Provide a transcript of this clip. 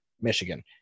Michigan